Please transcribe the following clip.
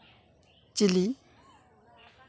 ᱪᱤᱞᱤ